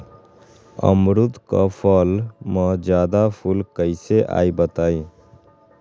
अमरुद क फल म जादा फूल कईसे आई बताई?